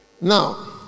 Now